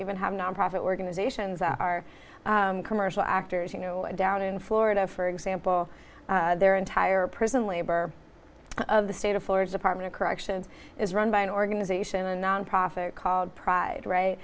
even have nonprofit organizations are commercial actors you know down in florida for example their entire prison labor of the state of florida department of corrections is run by an organization a nonprofit called pride right